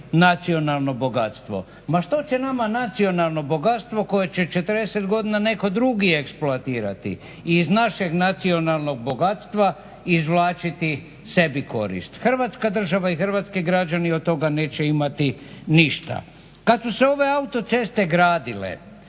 nacionalno bogatstvo? Ma što će nama nacionalno bogatstvo koje će 40 godina netko drugi eksploatirati i iz našeg nacionalnog bogatstva izvlačiti sebi korist? Hrvatska država i hrvatski građani od toga neće imati ništa. Kad su se ove autoceste gradile,